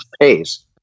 pace